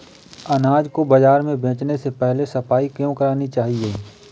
अनाज को बाजार में बेचने से पहले सफाई क्यो करानी चाहिए?